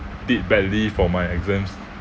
did badly for my exams